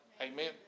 Amen